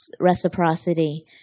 reciprocity